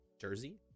jersey